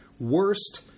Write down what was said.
worst